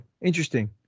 interesting